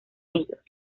ellos